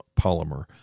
polymer